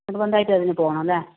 നിർബന്ധമായിട്ടും അതിന് പോവണം അല്ലേ